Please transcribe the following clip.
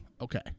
okay